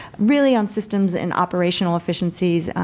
really on systems and operational efficiencies,